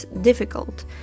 difficult